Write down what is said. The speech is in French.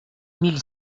mille